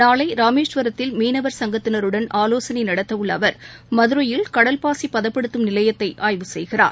நாளை ராமேஸ்வரத்தில் மீனவர் சங்கத்தினருடன் ஆலோசனை நடத்தவுள்ள அவர் மதுரையில் கடல்பாசி பதப்படுத்தும் நிலையத்தை ஆய்வு செய்வார்